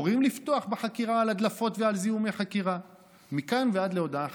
מורים לפתוח בחקירה על הדלפות ועל זיהומי חקירה מכאן ועד הודעה חדשה.